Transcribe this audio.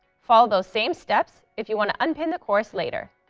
follow those same steps if you want to unpin the course later.